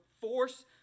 force